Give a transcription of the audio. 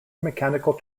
mechanical